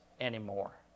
anymore